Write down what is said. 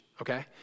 okay